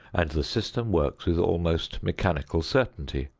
and the system works with almost mechanical certainty.